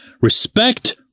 Respect